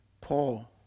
Paul